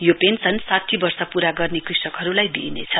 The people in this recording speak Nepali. यो पेन्शन साठी वर्ष पूरा गर्ने कृषकहरुलाई दिइनेछ